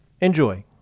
Enjoy